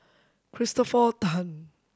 Christopher Tan